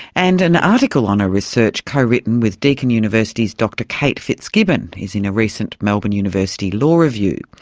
and an article on a research co-written with deakin university's dr kate fitz-gibbon is in a recent melbourne university law review.